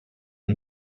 and